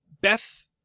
Beth